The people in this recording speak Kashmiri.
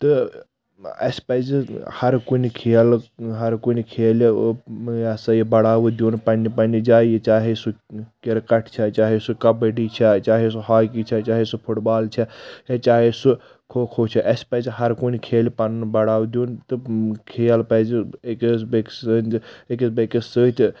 تہٕ اسہِ پزِ ہر کُنہِ کھیل ہر کُنہِ کھیلہِ یہ ہسا یہِ بڑاوٕ دِیُن پننہِ پننہِ جایہِ چاہے سُہ کرکٹ چھا چاہے سُہ کبڈی چھا چاہے سُہ ہاکی چھا چاہے سُہ فٹ بال چھا چاہے سُہ کھو کھو چھا اسہِ پزِ ہر کُنہِ کھیلہِ پنُن بڑاوٕ دِیُن تہٕ کھیل پزِ أکِس بیٚکِس سۭتۍ أکِس بیٚکِس سۭتۍ